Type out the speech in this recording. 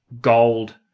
gold